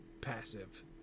passive